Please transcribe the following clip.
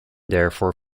therefore